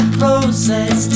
process